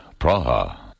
Praha